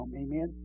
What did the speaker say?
amen